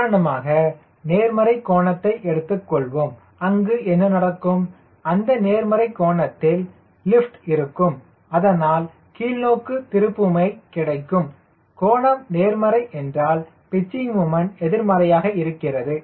உதாரணமாக நேர்மறை கோணத்தை எடுத்துக்கொள்வோம் அங்கு என்ன நடக்கும் அந்த நேர்மறை கோணத்தில் லிப்ட் இருக்கும் அதனால் கீழ்நோக்கு திருப்புமை கிடைக்கும் கோணம் நேர்மறை என்றால் பிச்சிங் முமண்ட் எதிர்மறையாக இருக்கிறது